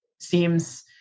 seems